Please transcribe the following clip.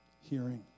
hearing